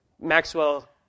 Maxwell